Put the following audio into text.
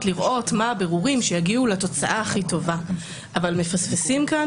ולראות מה הבירורים שיגיעו לתוצאה הכי טובה אבל מפספסים כאן